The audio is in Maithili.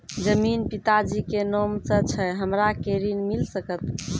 जमीन पिता जी के नाम से छै हमरा के ऋण मिल सकत?